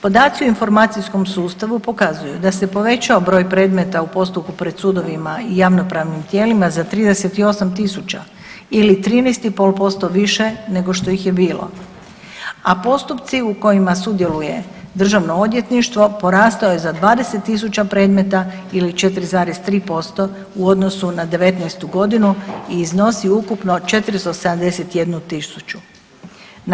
Podaci u informacijskom sustavu pokazuju da se povećao broj predmeta u postupku pred sudovima i javnopravnim tijelima za 38.000 ili 13,5% više nego što ih je bilo, a postupci u kojima sudjeluje državno odvjetništvo porastao je za 20.000 predmeta ili 4,3% u odnosu na '19.g. i iznosi ukupno 471.000.